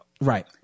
Right